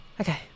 Okay